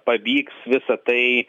pavyks visa tai